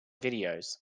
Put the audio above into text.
videos